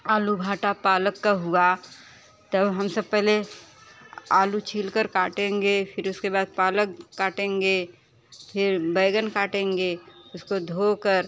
आलू भाटा पालक का हुआ तो हम सब पहले आलू छीलकर काटेंगे फिर उसके बाद पालक काटेंगे फिर बैगन काटेंगे उसको धोकर